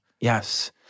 Yes